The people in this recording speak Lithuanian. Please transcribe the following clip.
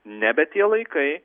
nebe tie laikai